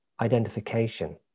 identification